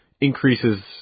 increases